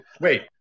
Wait